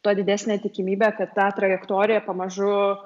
tuo didesnė tikimybė kad tą trajektoriją pamažu